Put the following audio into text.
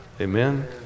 amen